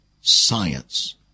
Science